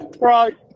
Right